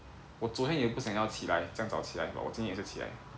我昨天也不想要起来这么早起来 but 我今天也是起来